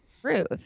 truth